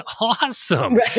awesome